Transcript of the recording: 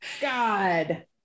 God